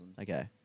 Okay